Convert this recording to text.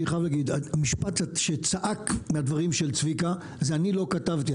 היושב-ראש, צביקה אמר "אני לא כתבתי".